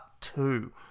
two